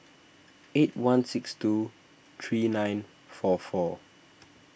eight one six two three nine four four